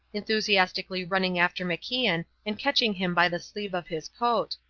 enthusiastically running after macian and catching him by the sleeve of his coat.